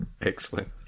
Excellent